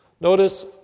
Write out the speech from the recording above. Notice